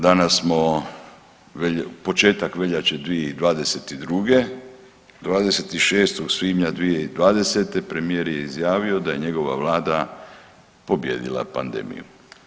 Danas smo početak veljače 2022., 26. svibnja 2020. premijer je izjavio da je njegova vlada pobijedila pandemiju.